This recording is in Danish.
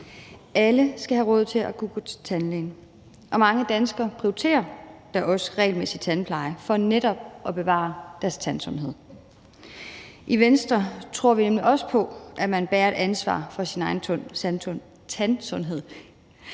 Alle skal kunne have råd til at gå til tandlægen. Rigtig mange danskere prioriterer da også regelmæssig tandpleje for netop at bevare deres tandsundhed. I Venstre tror vi nemlig også på, at man bærer et ansvar for sin egen tandsundhed.